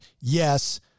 Yes